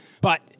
But-